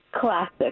Classic